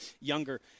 younger